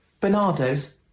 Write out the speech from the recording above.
Bernardo's